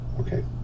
Okay